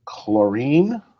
chlorine